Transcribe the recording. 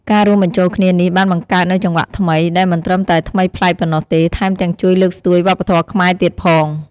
ការរួមបញ្ចូលគ្នានេះបានបង្កើតនូវចង្វាក់ថ្មី ដែលមិនត្រឹមតែថ្មីប្លែកប៉ុណ្ណោះទេ ថែមទាំងជួយលើកស្ទួយវប្បធម៌ខ្មែរទៀតផង។